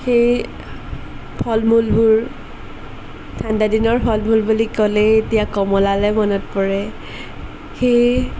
সেই ফল মূলবোৰ ঠাণ্ডাদিনৰ ফল মূল বুলি ক'লে এতিয়া কমলালৈ মনত পৰে সেই